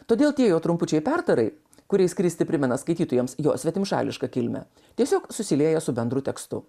todėl tie jo trumpučiai pertarai kuriais kristi primena skaitytojams jo svetimšališką kilmę tiesiog susilieja su bendru tekstu